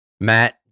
Matt